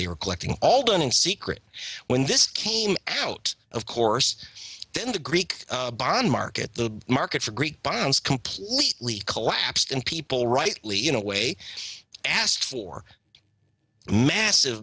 they are collecting all done in secret when this came out of course in the greek bond market the market for greek bonds completely collapsed and people rightly you know way asked for massive